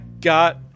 got